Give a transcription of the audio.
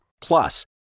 Plus